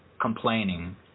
complaining